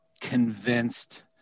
convinced